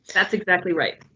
that's exactly right.